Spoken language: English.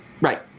Right